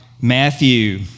matthew